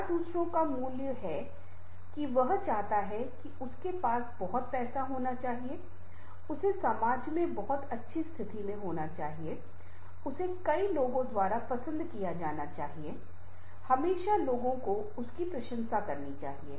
क्या दूसरों का मूल्य है कि वह चाहता है कि उसके पास बहुत पैसा होना चाहिए उसे समाज मे अच्छी स्थिति में होना चाहिए उसे कई लोगों द्वारा पसंद किया जाना चाहिए हमेशा लोगों को उसकी प्रशंसा करनी चाहिए